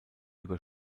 über